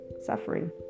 suffering